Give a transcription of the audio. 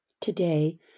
Today